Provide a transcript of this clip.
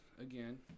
Again